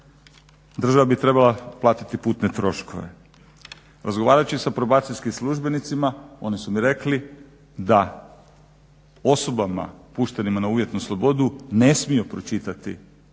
država bi trebala platiti putne troškove. Razgovarajući sa probacijskim službenicima oni su mi rekli da osobama puštenima na uvjetnu slobodu ne smiju pročitati, zabranjeno